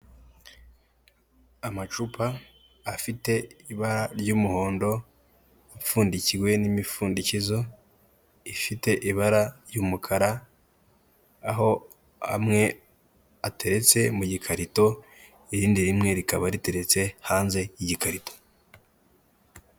Amacupa afite ibara ry'umuhondo apfundikiwe n'imipfundikizo ifite ibara ry'umukara, aho amwe ateretse mu gikarito irindi rimwe rikaba riteretse hanze y'igikarito.